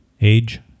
age